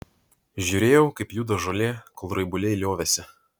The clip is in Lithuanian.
žiūrėjau kaip juda žolė kol raibuliai liovėsi